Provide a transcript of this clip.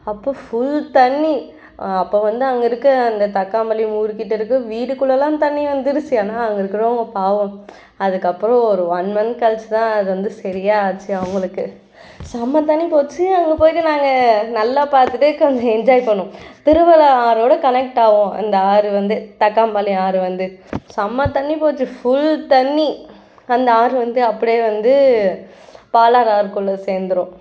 அப்போ ஃபுல் தண்ணி அப்போ வந்து அங்கே இருக்க அந்த தக்காமல்லி ஊர்க்கிட்ட இருக்க வீடுக்குள்ளலாம் தண்ணி வந்துருச்சு ஆனால் அங்கே இருக்குறவங்க பாவம் அதற்கப்பறம் ஒரு ஒன் மந்த் கழிச்சு தான் அது வந்து சரியாக ஆச்சு அவங்களுக்கு செம தண்ணி போச்சு அங்கே போயிவிட்டு நாங்கள் நல்லா பார்த்துட்டே கொஞ்சம் என்ஜாய் பண்ணோம் திருவல்லம் ஆறோட கனெக்ட் ஆகும் அந்த ஆறு வந்து தக்காம்பாளையம் ஆறு வந்து செம தண்ணி போச்சு ஃபுல் தண்ணி அந்த ஆறு வந்து அப்படியே வந்து பாலாறு ஆறுக்குள்ளே சேர்ந்துரும்